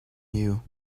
you